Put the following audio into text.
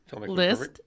list